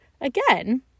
again